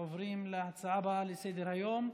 אנחנו עוברים להצעות הבאות לסדר-היום: